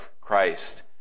Christ